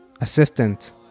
assistant